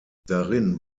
darin